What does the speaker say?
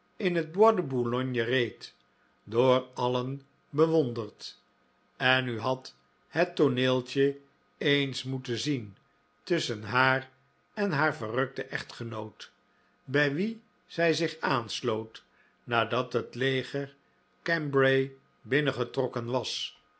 in het bois de boulogne reed door alien bewonderd en u had het tooneeltje eens moeten zien tusschen haar en haar verrukten echtgenoot bij wien zij zich aansloot nadat het leger cambray binnengetrokken was